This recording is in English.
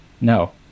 No